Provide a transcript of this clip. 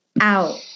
out